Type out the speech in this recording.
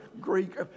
Greek